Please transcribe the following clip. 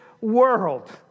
world